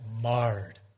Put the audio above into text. marred